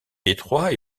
détroit